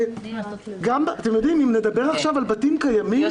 אם נדבר עכשיו על בתים קיימים,